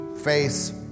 face